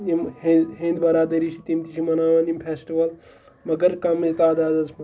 یِم ہیٚنٛدۍ ہیٚنٛدۍ بَرادٔری چھِ تِم تہِ چھِ مَناوان یِم فیسٹِوَل مگر کَمٕے تعدادَس منٛز